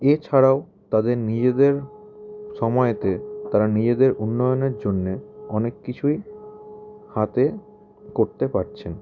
এছাড়াও তাদের নিজেদের সময়েতে তারা নিজেদের উন্নয়নের জন্যে অনেক কিছুই হাতে করতে পারছেন